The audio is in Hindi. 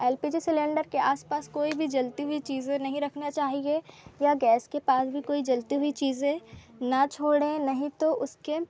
एल पी जी सिलेंडर के आस पास कोई भी जलती हुई चीज़ें नहीं रखना चाहिए या गैस के पास भी कोई जलती हुई चीज़े ना छोड़ें नहीं तो उसके